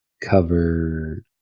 cover